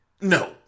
No